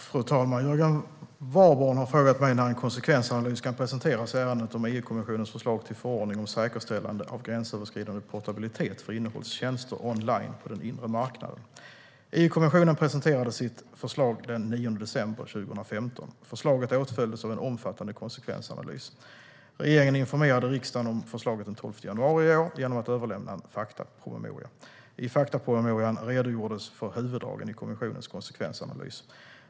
Fru talman! Jörgen Warborn har frågat mig när en konsekvensanalys kan presenteras i ärendet om EU-kommissionens förslag till förordning om säkerställande av gränsöverskridande portabilitet för innehållstjänster online på den inre marknaden. EU-kommissionen presenterade sitt förslag den 9 december 2015. Förslaget åtföljdes av en omfattande konsekvensanalys. Regeringen informerade riksdagen om förslaget den 12 januari i år genom att överlämna en faktapromemoria. I faktapromemorian redogjordes för huvuddragen i kommissionens konsekvensanalys.